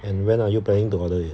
and when are you planning to order it